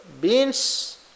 Beans